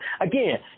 Again